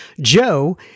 joe